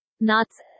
nuts